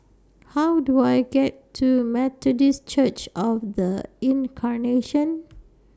How Do I get to Methodist Church of The Incarnation